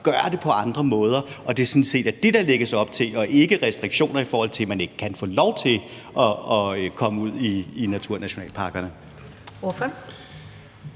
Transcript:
gøre det på andre måder, og at det sådan set er det, der lægges op til, og ikke restriktioner, så man ikke kan få lov til at komme ud i naturnationalparkerne?